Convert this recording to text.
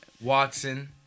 Watson